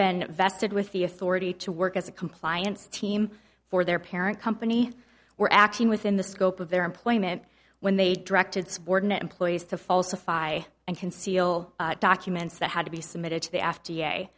been vested with the authority to work as a compliance team for their parent company were acting within the scope of their employment when they directed subordinate employees to falsify and conceal documents that had to be submitted to the f